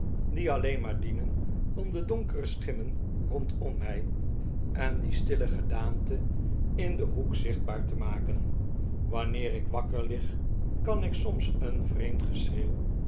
die alleen maar dienen om de donkere schimmen random mij en die stille gedaante in den hoek zichtbaar te maken wanneer ik wakker lig kan ik soms een vreemd geschreeuw